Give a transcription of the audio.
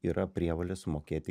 yra prievolė sumokėti